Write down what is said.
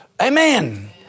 Amen